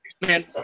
Man